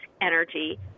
energy